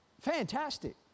Fantastic